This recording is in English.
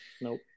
Nope